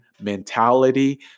mentality